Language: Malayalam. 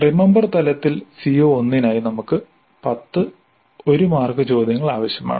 റിമമ്പർ തലത്തിൽ CO1 നായി നമുക്ക് 10 1 മാർക്ക് ചോദ്യങ്ങൾ ആവശ്യമാണ്